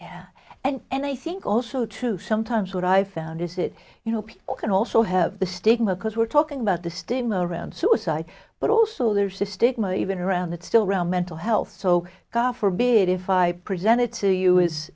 really and i think also too sometimes what i found is that you know people can also have the stigma because we're talking about the stigma around suicide but also there's a stigma even around that still around mental health so god forbid if i presented to you is